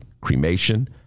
Cremation